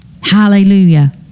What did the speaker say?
Hallelujah